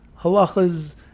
halachas